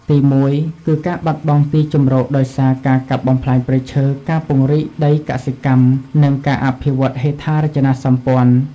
ទីមួយគឺ ការបាត់បង់ទីជម្រកដោយសារ ការកាប់បំផ្លាញព្រៃឈើ ការពង្រីកដីកសិកម្ម និងការអភិវឌ្ឍហេដ្ឋារចនាសម្ព័ន្ធ។